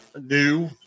new